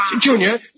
Junior